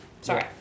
Sorry